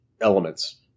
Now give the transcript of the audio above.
elements